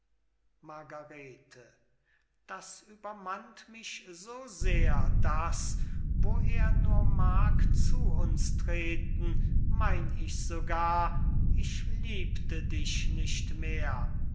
margarete das übermannt mich so sehr daß wo er nur mag zu uns treten meyn ich sogar ich liebte dich nicht mehr